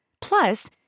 Plus